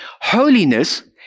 Holiness